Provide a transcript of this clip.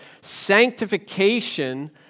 sanctification